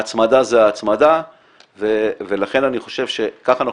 ההצמדה זה ההצמדה ולכן אני חושב שכך אנחנו